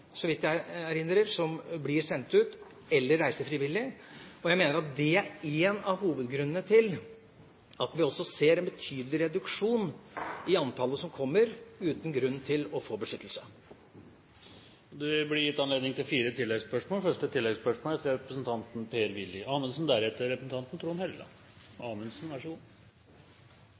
så vidt jeg erindrer – som blir sendt ut, eller reiser frivillig. Jeg mener at det er en av hovedgrunnene til at vi også ser en betydelig reduksjon i antallet som kommer, uten grunn til å få beskyttelse. Det blir anledning til fire oppfølgingsspørsmål – først Per-Willy Amundsen. Mitt tilleggsspørsmål